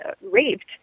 raped